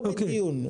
לא בדיון.